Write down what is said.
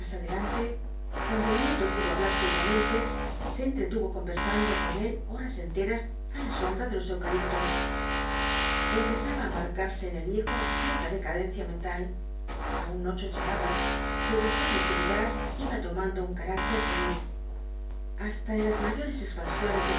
adelante cuando el nieto pudo hablar sueltamente se entretuvo conversando con él horas enteras á la sombra de los eucaliptus empezaba á marcarse en el viejo cierta decadencia mental aun no chocheaba pero su agresividad iba tomando un carácter pueril hasta en las mayores expansiones